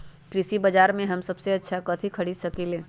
कृषि बाजर में हम सबसे अच्छा कथि खरीद सकींले?